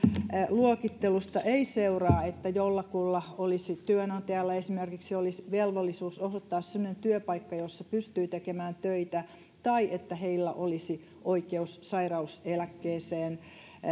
luokittelusta ei seuraa että jollakulla esimerkiksi työnantajalla olisi velvollisuus osoittaa semmoinen työpaikka jossa pystyy tekemään töitä tai että näillä ihmisillä olisi oikeus sairauseläkkeeseen